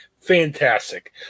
Fantastic